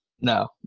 No